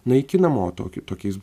naikinama o toki tokiais